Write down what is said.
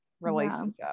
relationship